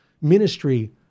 ministry